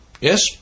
Yes